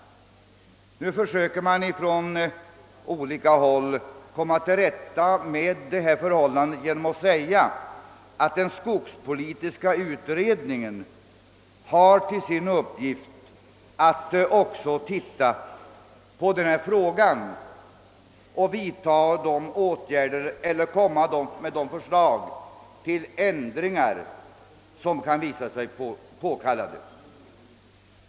Man hävdar från olika håll att skogspolitiska utredningen har till uppgift att utreda även denna fråga och lägga fram förslag till de ändringar som kan visa sig påkallade.